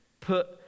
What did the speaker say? put